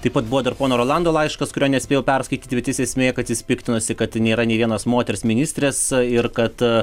taip pat buvo dar pono rolando laiškas kurio nespėjau perskaityti bet visa esmė kad jis piktinasi kad nėra nei vienos moters ministrės ir kad